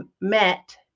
met